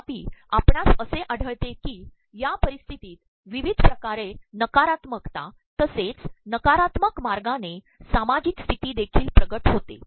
तर्ाप्रप आपणास असे आढळते की या पररप्स्त्र्तीत प्रवप्रवध िकारे नकारात्मकता तसेच नकारात्मक मागायने सामाप्जक प्स्त्र्ती देखील िकि होते